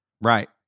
Right